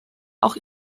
auch